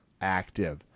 active